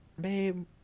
Babe